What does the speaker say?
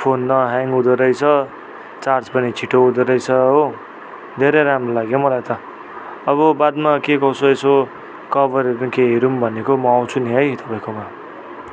phone न hang हँदो रहेछ चार्ज पनि छिटो हुँदोरहेछ हो धेरै राम्रो लाग्यो मलाई त अब बादमा के कसो एसो कबरहरू केही हेरूम् भनेको म आउँछु नि है तपाईँकोमा